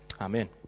Amen